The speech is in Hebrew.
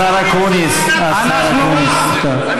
השר אקוניס, השר אקוניס, תודה.